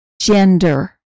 Gender